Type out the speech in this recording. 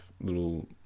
little